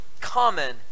common